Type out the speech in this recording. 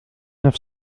neuf